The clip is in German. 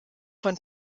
von